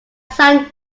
son